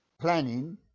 planning